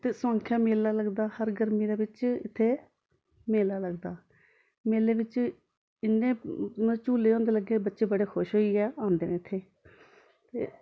ते स्वांक्खै मेला लगदा हर गर्मियें दे बिच्च इत्थै मेला लगदा मेले बिच्च इ'न्ने झुल्ले होंदे लग्गे दे कि बच्चे बड़े खुश होइयै आंदे न इत्थै